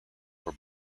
were